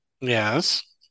Yes